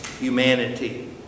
humanity